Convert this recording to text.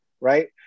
right